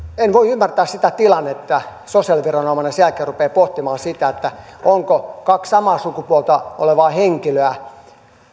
en voi ymmärtää sitä tilannetta että sosiaaliviranomainen sen jälkeen rupeaa pohtimaan sitä ovatko kaksi samaa sukupuolta olevaa henkilöä